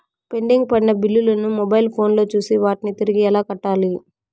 pending పడిన బిల్లులు ను మొబైల్ ఫోను లో చూసి వాటిని తిరిగి ఎలా కట్టాలి